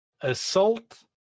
assault